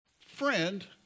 friend